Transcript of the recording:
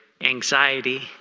anxiety